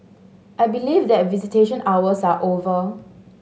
I believe that visitation hours are over